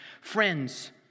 Friends